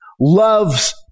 loves